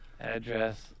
address